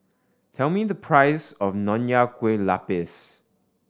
tell me the price of Nonya Kueh Lapis